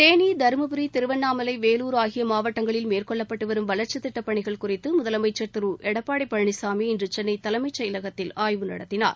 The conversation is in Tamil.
தேனி தரும்புரி திருவண்ணாமலை வேலூர் ஆகிய மாவட்டங்களில் மேற்கொள்ளப்பட்டு வரும் வளர்ச்சித் திட்டப் பணிகள் குறித்து முதலமைச்ச் திரு எடப்பாடி பழனிசாமி இன்று சென்னை தலைமைச் செயலகத்தில் ஆய்வு நடத்தினார்